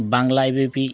Bangla A B P